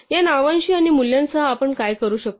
या नावांशी आणि मूल्यांसह आपण काय करू शकतो